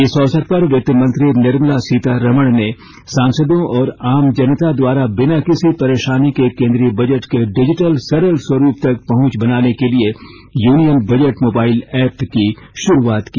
इस अवसर पर वित्त मंत्री निर्मला सीतारमण ने सांसदों और आम जनता द्वारा बिना किसी परेशानी के केंद्रीय बजट के डिजिटल सरल स्वरूप तक पहुंच बनाने के लिए यूनियन बजट मोबाइल एप की शुरूआत की